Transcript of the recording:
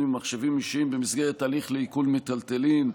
ומחשבים אישיים במסגרת תהליך לעיקול מיטלטלין.